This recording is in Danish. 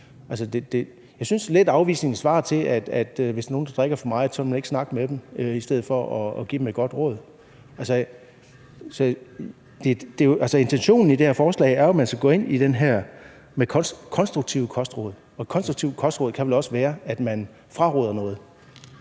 Jeg synes lidt, at afvisningen svarer til, at hvis nogle drikker for meget, vil man ikke snakke med dem i stedet for at give dem et godt råd. Altså, intentionen i det her forslag er jo, at man skal gå ind i det her med konstruktive kostråd, og konstruktive kostråd kan vel også være, at man fraråder noget.